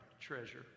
treasure